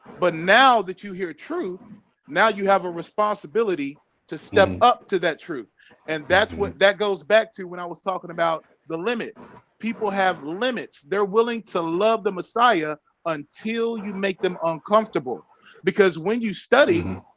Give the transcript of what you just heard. but now that you hear truth now you have a responsibility to step up to that truth and that's what that goes back to when i was talking about the limit people have limits they're willing to love the messiah until you make them uncomfortable because when you study,